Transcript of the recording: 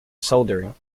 soldering